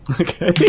Okay